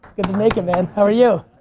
make it, man, how are you?